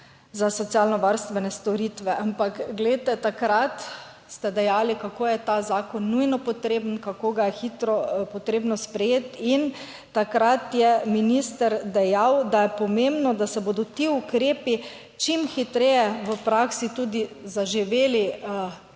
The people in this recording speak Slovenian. za socialno varstvene storitve. Ampak glejte, takrat ste dejali, kako je ta zakon nujno potreben, kako ga je hitro potrebno sprejeti. In takrat je minister dejal, da je pomembno, da se bodo ti ukrepi čim hitreje v praksi tudi zaživeli,